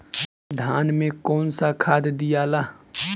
धान मे कौन सा खाद दियाला?